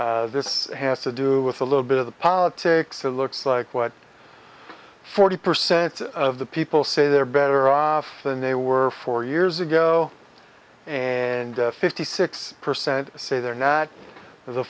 this has to do with a little bit of the politics a looks like what forty percent of the people say they are better off than they were four years ago and fifty six percent say they're not